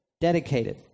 dedicated